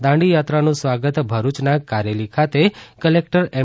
દાંડિયાત્રાનું સ્વાગત ભરૂચના કારેલી ખાતે કલેકટર એમ